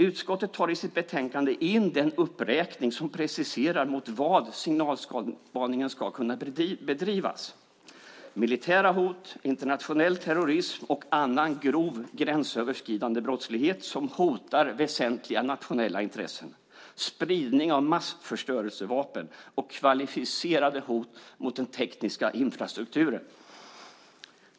Utskottet tar i sitt betänkande in den uppräkning som preciserar mot vad signalspaningen ska kunna bedrivas: militära hot, internationell terrorism och annan grov gränsöverskridande brottslighet som hotar väsentliga nationella intressen, spridning av massförstörelsevapen och kvalificerade hot mot den tekniska infrastrukturen.